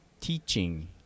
teaching